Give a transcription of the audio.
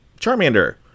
Charmander